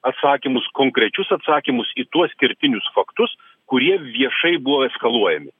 atsakymus konkrečius atsakymus į tuos kertinius faktus kurie viešai buvo eskaluojami